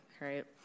right